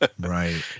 right